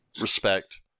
respect